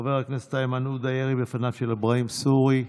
חבר הכנסת איימן עודה: ירי בפניו של אברהים סורי.